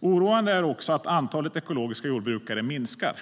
Oroande är också att antalet ekologiska jordbrukare minskar.